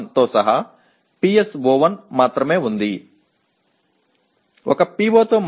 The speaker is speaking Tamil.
ஒரே ஒரு PO வுடன் மட்டுமே பொருள் கையாளப்படும் முறை மிகவும் தெளிவாக உள்ளது